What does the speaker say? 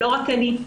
לא רק אני,